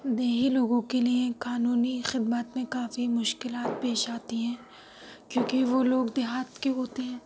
دیہی لوگوں کے لیے قانونی خدمت میں کافی مشکلات پیش آتی ہیں کیوں کہ وہ لوگ دیہات کے ہوتے ہیں